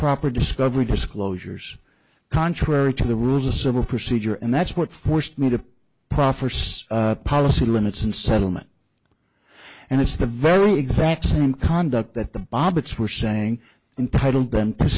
proper discovery disclosures contrary to the rules of civil procedure and that's what forced me to proffer six policy minutes and settlement and it's the very exact same conduct that the bob bits were saying entitle them to